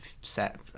set